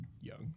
young